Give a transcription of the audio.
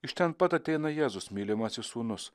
iš ten pat ateina jėzus mylimasis sūnus